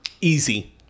easy